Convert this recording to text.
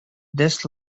this